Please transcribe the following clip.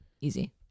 Easy